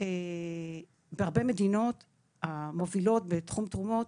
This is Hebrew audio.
בהרבה מהמדינות המובילות בתחום התרומות,